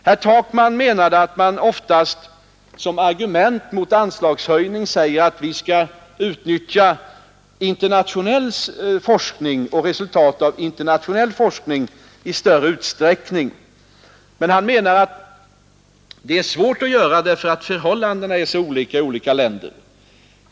Herr Takman menade att man oftast som argument mot anslagshöjning säger att vi skall utnyttja resultat av internationell forskning i större utsträckning. Men det är svårt att göra det, anser han, därför att förhållandena är så olika i olika länder.